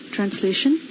Translation